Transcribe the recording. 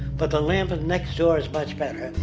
but the lamp and next door is much better,